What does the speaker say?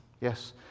Yes